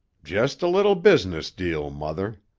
just a little business deal, mother.